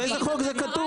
באיזה חוק זה כתוב?